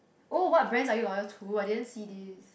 oh what brands are you loyal to I didn't see this